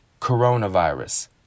coronavirus